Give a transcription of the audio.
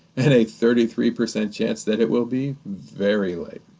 and a thirty three percent chance that it will be very late.